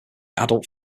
adult